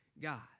God